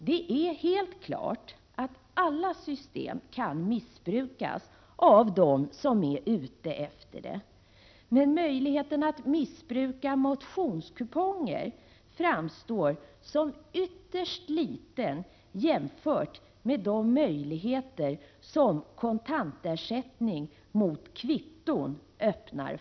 Det är helt klart att alla system kan missbrukas av dem som är ute efter det, men möjligheten att missbruka motionskuponger framstår som ytterst liten jämfört med de möjligheter som kontantersättning mot kvitto öppnar.